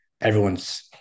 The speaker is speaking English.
everyone's